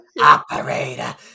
Operator